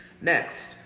Next